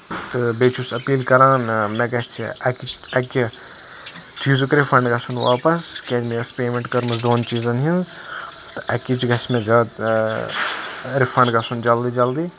تہٕ بیٚیہِ چھُس اپیٖل کران مےٚ گَژھِ اکِچ اکہِ چیٖزُک رِفَنٛڈ گَژھُن واپَس کیاز مےٚ ٲسۍ پےمنٹ کٔرمٕژ دۄن چیٖزَن ہِنٛز تہِ اَکِچ گَژھِ مےٚ زیادٕ رِفَنٛڈ گَژھُن جلدی جلدی